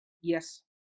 Yes